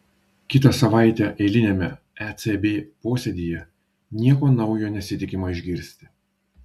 kitą savaitę eiliniame ecb posėdyje nieko naujo nesitikima išgirsti